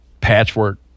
patchwork